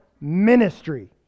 ministry